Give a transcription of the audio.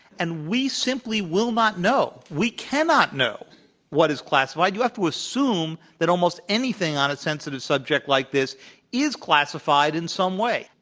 and we simply will not know. we cannot know what is classified. you have to assume that almost anything on a sensitive subject like this is classified in some way.